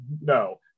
no